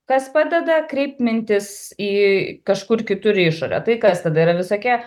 kas padeda kreipt mintis į kažkur kitur į išorę tai kas tada yra visokie